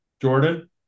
jordan